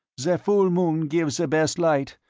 the full moon gives the best light,